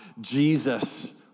Jesus